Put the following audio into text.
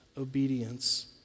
obedience